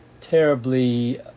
terribly